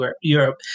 Europe